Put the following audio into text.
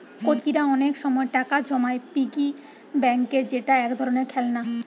কচিরা অনেক সময় টাকা জমায় পিগি ব্যাংকে যেটা এক ধরণের খেলনা